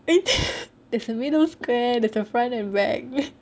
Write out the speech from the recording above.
there's a middle square there's a front and back